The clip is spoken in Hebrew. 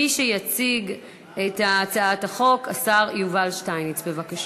מי שיציג את הצעת החוק, השר יובל שטייניץ, בבקשה,